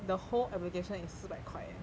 the whole application is 四百块 eh